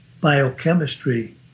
biochemistry